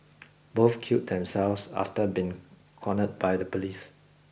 both killed themselves after been cornered by the police